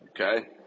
okay